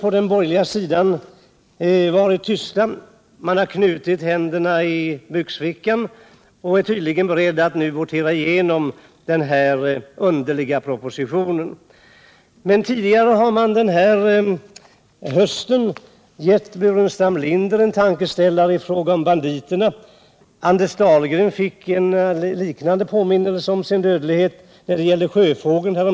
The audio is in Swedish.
Från borgerligt håll har man varit tyst, kanske knutit handen i byxfickan och är tydligen beredd att nu votera igenom den här underliga propositionen. Men tidigare i höst har riksdagen gett herr Burenstam Linder en tankeställare i fråga om de enarmade banditerna och Anders Dahlgren fick häromdagen en påminnelse om sin dödlighet i frågan om sjöfågel.